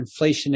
inflationary